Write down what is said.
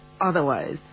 otherwise